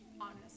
honest